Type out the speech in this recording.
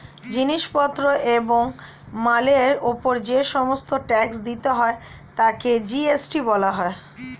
জিনিস পত্র এবং মালের উপর যে সমস্ত ট্যাক্স দিতে হয় তাকে জি.এস.টি বলা হয়